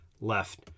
left